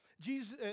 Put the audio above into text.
jesus